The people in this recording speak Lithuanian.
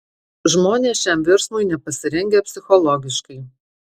žmonės šiam virsmui nepasirengę psichologiškai